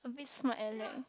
a bit smart alec